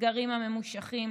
הסגרים הממושכים,